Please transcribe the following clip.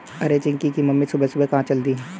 अरे चिंकी की मम्मी सुबह सुबह कहां चल दी?